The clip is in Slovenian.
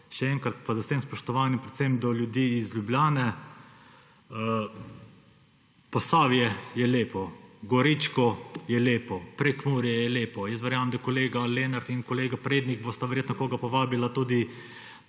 še enkrat, pa z vsem spoštovanjem predvsem do ljudi iz Ljubljane: Posavje je lepo, Goričko je lepo, Prekmurje je lepo. Verjamem, da kolega Lenart in kolega Prednik bosta verjetno koga povabila tudi